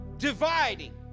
Dividing